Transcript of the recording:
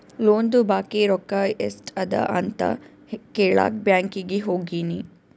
ಲೋನ್ದು ಬಾಕಿ ರೊಕ್ಕಾ ಎಸ್ಟ್ ಅದ ಅಂತ ಕೆಳಾಕ್ ಬ್ಯಾಂಕೀಗಿ ಹೋಗಿನಿ